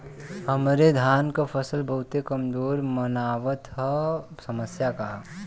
हमरे धान क फसल बहुत कमजोर मनावत ह समस्या का ह?